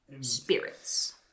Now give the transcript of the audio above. spirits